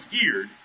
geared